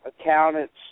accountants